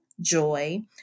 Joy